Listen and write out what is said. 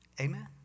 amen